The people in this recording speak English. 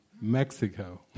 Mexico